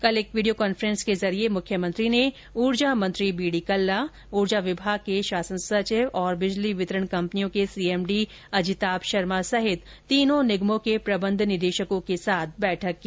कल एक video conference के जरिये मुख्यमंत्री ने उर्जा मंत्री बीडी कल्ला उर्जा विभाग के शासन सचिव और बिजली वितरण कपनियों के सीएमडी अजिताभ शर्मा सहित तीनों निगमों के प्रबंध निदेशकों के साथ बैठक की